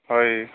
ହଏ